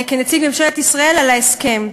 כנציג ממשלת ישראל, על ההסכם.